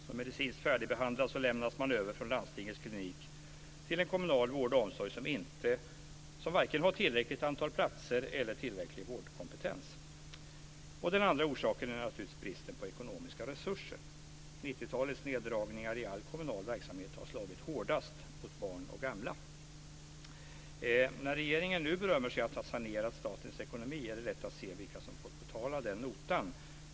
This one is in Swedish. Som medicinskt färdigbehandlad lämnas man över från landstingets klinik till en kommunal vård och omsorg som varken har tillräckligt antal platser eller tillräcklig vårdkompetens. Den andra orsaken är naturligtvis bristen på ekonomiska resurser. 90-talets neddragningar i all kommunal verksamhet har slagit hårdast mot barn och gamla. När regeringen nu berömmer sig av att ha sanerat statens ekonomi är det lätt att se vilka som har fått betala notan.